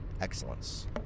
excellence